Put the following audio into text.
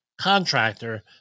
contractor